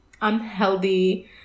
unhealthy